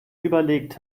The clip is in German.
überlegt